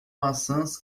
maçãs